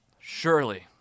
surely